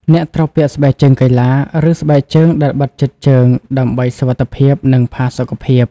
អ្នកត្រូវពាក់ស្បែកជើងកីឡា ឬស្បែកជើងដែលបិទជិតជើងដើម្បីសុវត្ថិភាព និងផាសុកភាព។